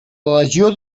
legió